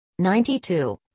92